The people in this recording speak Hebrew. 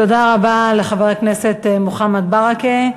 תודה רבה לחבר הכנסת מוחמד ברכה.